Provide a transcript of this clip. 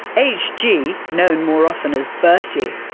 hg, known more often as bertie,